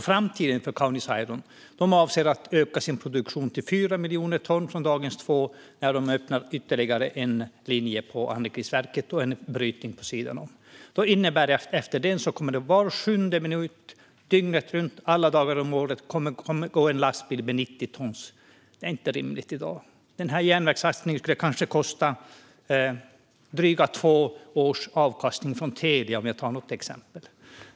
Framtiden för Kaunis Iron är att de avser att öka sin produktion till 4 miljoner ton från dagens 2 miljoner när de öppnar ytterligare en linje på anrikningsverket och brytning på sidan om. Det innebär att efter den ökningen kommer det var sjunde minut, dygnet runt, alla dagar om året att gå en lastbil med 90 ton. Det är inte rimligt i dag. Den här järnvägssatsningen skulle kanske kosta dryga två års avkastning från Telia till oss, om jag tar ett exempel.